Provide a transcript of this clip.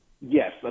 Yes